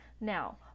Now